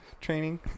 training